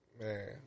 Man